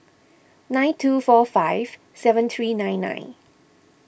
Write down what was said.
nine two four five seven three nine nine